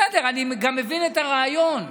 בסדר, אני גם מבין את הרעיון.